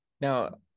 Now